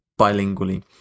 bilingually